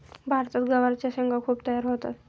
भारतात गवारच्या शेंगा खूप तयार होतात